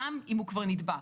גם אם הוא כבר נדבק,